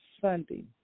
Sunday